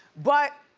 but,